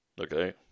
Okay